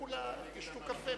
לכו תשתו קפה.